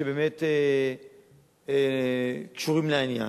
שקשורות לעניין.